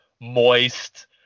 moist